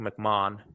McMahon